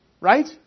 right